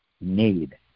need